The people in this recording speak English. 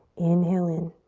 inhale in.